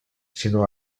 sinó